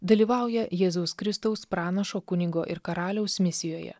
dalyvauja jėzaus kristaus pranašo kunigo ir karaliaus misijoje